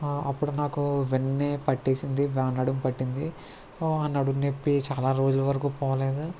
అప్పుడు నాకు వెంటనే పట్టేసింది బాగా నడుము పట్టింది ఆ నడుం నొప్పి చాలా రోజుల వరకు పోలేదు